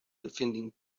offending